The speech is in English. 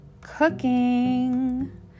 Cooking